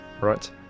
right